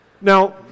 Now